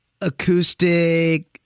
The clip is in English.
acoustic